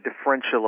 differential